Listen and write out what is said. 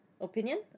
opinion